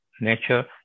nature